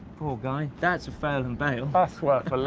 poor guy, that's a fail and bail. that's worth a look.